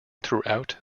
throughout